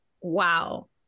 wow